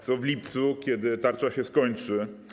Co w lipcu, kiedy tarcza się skończy?